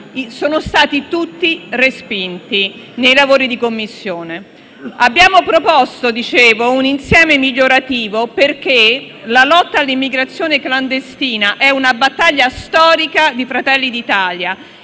sono stati tutti respinti durante i lavori in Commissione. Abbiamo presentato un insieme di proposte migliorative perché la lotta all'immigrazione clandestina è una battaglia storica di Fratelli d'Italia